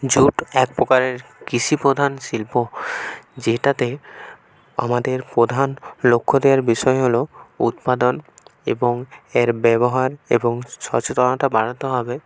jute এক প্রকারের কৃষি প্রধান শিল্প যেটাতে আমাদের প্রধান লক্ষ্য দেওয়ার বিষয় হলো উৎপাদন এবং এর ব্যবহার এবং সচেতনতাটা বাড়াতে হবে